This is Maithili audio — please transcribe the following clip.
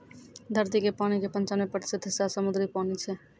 धरती के पानी के पंचानवे प्रतिशत हिस्सा समुद्री पानी छै